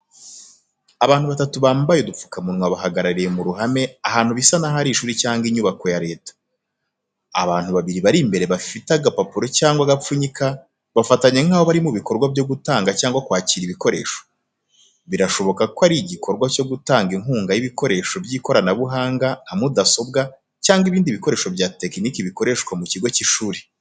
Abantu batatu bambaye udupfukamunwa bahagarariye mu ruhame ahantu bisa n'aho ari ishuri cyangwa inyubako ya Leta. Abantu babiri bari imbere bafite agapapuro cyangwa agasanduku bafatanye, nk'aho bari mu bikorwa byo gutanga cyangwa kwakira ibikoresho. Birashoboka ko ari igikorwa cyo gutanga inkunga y'ibikoresho by'ikoranabuhanga nka mudasobwa cyangwa ibindi bikoresho bya tekiniki bikoreshwa mu kigo cy'ishuri.